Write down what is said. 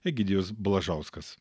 egidijus blažauskas